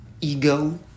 ego